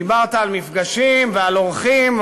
דיברת על מפגשים ועל אורחים,